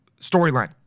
storyline